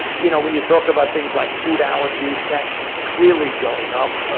you know, when you talk about things like food allergies, that's clearly going up.